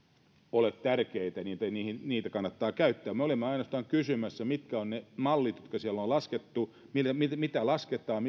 ole tärkeitä niitä kannattaa käyttää me olimme ainoastaan kysymässä mitkä ovat ne mallit jotka siellä on laskettu mitä lasketaan